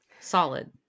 Solid